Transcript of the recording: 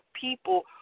people